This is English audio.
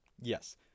Yes